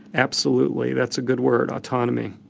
absolutely, that's a good word, autonomy.